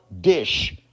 dish